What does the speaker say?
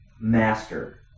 master